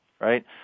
right